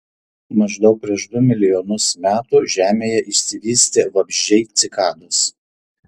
maždaug prieš du milijonus metų žemėje išsivystė vabzdžiai cikados